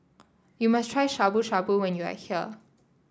you must try Shabu Shabu when you are here